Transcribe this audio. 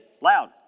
loud